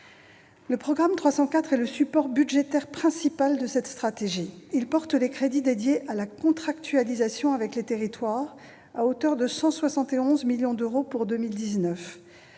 Le programme 304 est le support budgétaire principal de cette stratégie. Il porte les crédits dédiés à la contractualisation avec les territoires à hauteur de 171 millions d'euros en 2019.